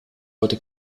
wurde